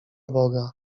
boga